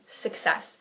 success